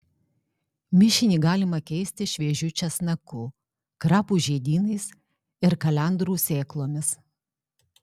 mišinį galima keisti šviežiu česnaku krapų žiedynais ir kalendrų sėklomis